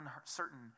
uncertain